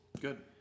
Good